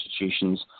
institutions